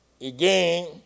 Again